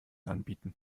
anbieten